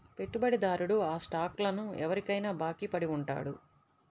పెట్టుబడిదారుడు ఆ స్టాక్లను ఎవరికైనా బాకీ పడి ఉంటాడు